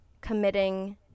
committing